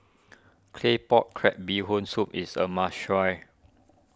Claypot Crab Bee Hoon Soup is a must try